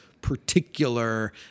particular